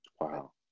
Wow